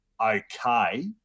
okay